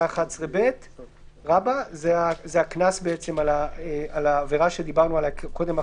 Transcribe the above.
11ב. זה הקנס על העבירה החדשה שדיברנו עליה קודם.